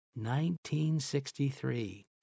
1963